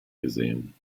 gesehen